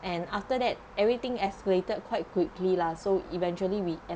and after that everything escalated quite quickly lah so eventually we